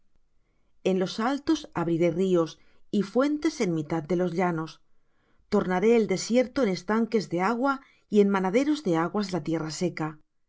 en los altos abriré ríos y fuentes en mitad de los llanos tornaré el desierto en estanques de aguas y en manaderos de aguas la tierra seca